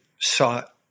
sought